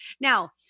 Now